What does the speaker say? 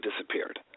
disappeared